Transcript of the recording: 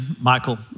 Michael